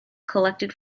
collected